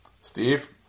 Steve